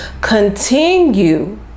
continue